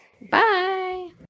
Bye